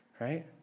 Right